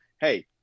Hey